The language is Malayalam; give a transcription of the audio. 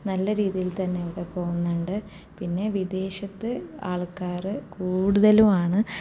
നല്ല രീതിയിൽ തന്നെ ഇവിടെ പോകുന്നുണ്ട് പിന്നെ വിദേശത്ത് ആൾക്കാറ് കൂടുതലും ആണ്